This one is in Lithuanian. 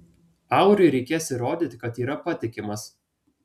auriui reikės įrodyti kad yra patikimas